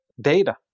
data